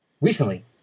Recently